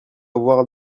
avoir